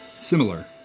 similar